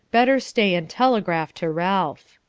better stay and telegraph to ralph.